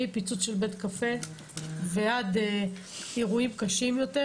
מפיצוץ של בית קפה ועד אירועים קשים יותר,